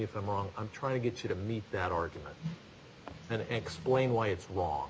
if i'm wrong i'm trying to get you to meet that argument and xplain why it's